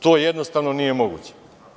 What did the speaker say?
To jednostavno nije moguće.